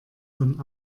von